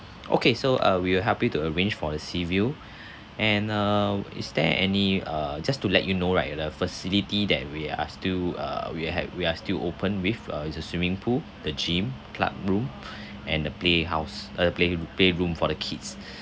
okay so uh we will help you to arrange for the sea view and err is there any err just to let you know right the facility that we are still err we had we are still open with uh it's a swimming pool the gym club room and the play house uh play ro~ play room for the kids